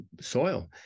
soil